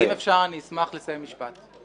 אם אפשר אני אשמח לסיים משפט.